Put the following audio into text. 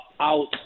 out